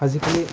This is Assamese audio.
আজিকালি